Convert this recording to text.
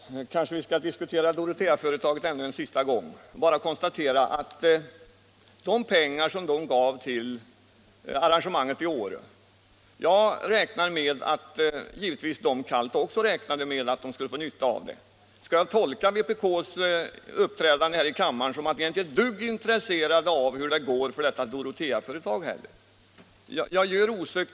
Herr talman! Kanske vi skall diskutera Doroteaföretaget en sista gång. Givetvis räknade företaget kallt med att det skulle få nytta av de pengar som gavs till arrangemanget i Åre. Skall jag tolka vpk:s uppträdande här i kammaren så att ni inte är ett dugg intresserade av hur det går för det här Doroteaföretaget?